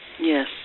yes